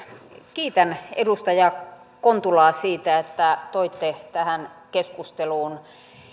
kiitän edustaja kontulaa siitä että toitte tähän keskusteluun